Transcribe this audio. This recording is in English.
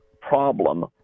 problem